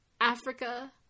Africa